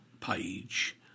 page